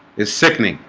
is sickening